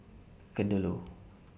Kadaloor